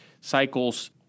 cycles